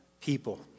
people